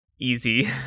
easy